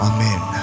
Amen